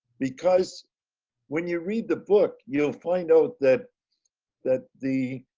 because when you read the book you'll find out that that the